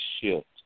shift